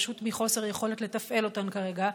פשוט מחוסר יכולת לתפעל אותן כרגע.